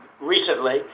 recently